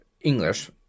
English